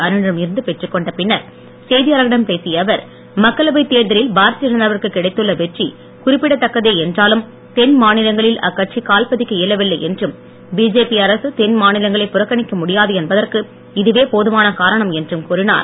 அருணிடம் இருந்து பெற்றுக் கொண்ட பின்னர் செய்தியாளர்களிடம் பேசிய அவர் மக்களவைத் தேர்தலில் பாரதிய ஜனதா விற்கு கிடைத்துள்ள வெற்றி குறிப்பிடத்தக்கதே என்றாலும் தென்மாநிலங்களில் அக்கட்சி கால் பதிக்க இயலவில்லை என்றும் பிஜேபி அரசு தென்மாநிலங்களை புறக்கணிக்க முடியாது என்பதற்கு இதுவே போதுமான காரணம் என்றும் கூறினார்